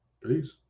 Peace